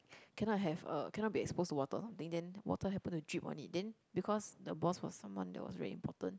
cannot have a cannot be exposed to water then then water happened to drip on it then because the boss was someone that was very important